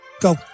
go